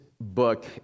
book